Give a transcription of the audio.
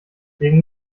gegen